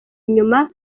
inyuma